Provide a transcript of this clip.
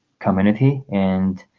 community and